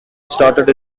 started